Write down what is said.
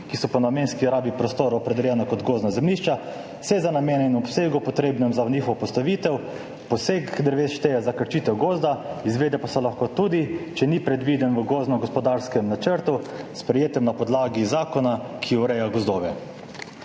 ki so po namenski rabi prostora opredeljena kot gozdna zemljišča, se za namene in v obsegu, potrebnem za njihovo postavitev, posek dreves šteje za krčitev gozda, izvede pa se lahko tudi, če ni predviden v gozdno-gospodarskem načrtu, sprejetem na podlagi zakona, ki ureja gozdove.«